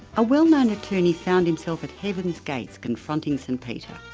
a well-known attorney found himself at heaven's gates, confronting st peter.